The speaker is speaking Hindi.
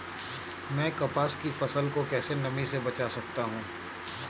मैं कपास की फसल को कैसे नमी से बचा सकता हूँ?